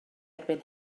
erbyn